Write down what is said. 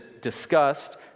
discussed